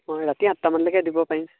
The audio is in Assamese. মই ৰাতি আঠটামানলৈকে দিব পাৰিম